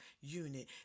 unit